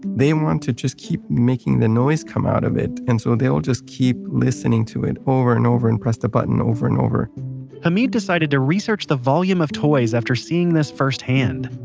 they want to just keep making the noise come out of it, and so they'll just keep listening to it over and over and press the button over and over hamid decided to research the volume of toys after seeing this first hand